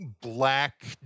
black